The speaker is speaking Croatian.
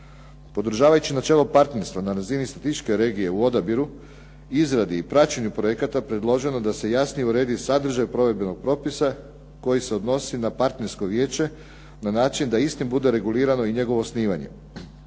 Podržavajući načelo partnerstva na razini statističke regije u odabiru i izradi i praćenju projekata, predloženo je da se jasnije uredi sadržaj provedbenog propisa koji se odnosi na partnersko vijeće, na način da istim bude regulirano i njegovo osnivanje.